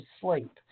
sleep